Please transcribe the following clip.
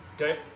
Okay